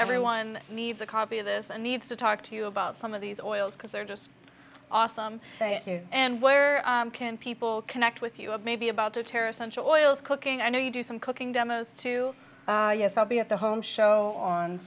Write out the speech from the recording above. everyone needs a copy of this i need to talk to you about some of these oils because they're just awesome and where can people connect with you of maybe about to terra central oils cooking i know you do some cooking demos too yes i'll be at the home show on